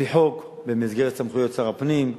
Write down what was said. על-פי חוק, במסגרת סמכויות שר הפנים,